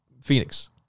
Phoenix